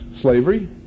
slavery